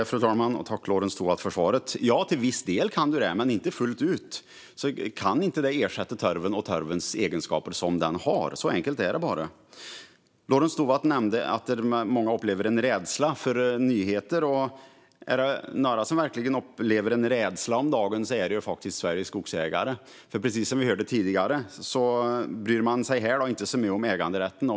Fru talman! Jag tackar Lorentz Tovatt för svaret. Ja, till viss del går det, men det går inte fullt ut att ersätta torven och torvens egenskaper. Så enkelt är det. Lorentz Tovatt nämnde att många upplever en rädsla för nyheter. Om det är några som verkligen upplever en rädsla är det faktiskt Sveriges skogsägare. Precis som vi hörde tidigare bryr man sig här inte så mycket om äganderätten.